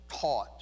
taught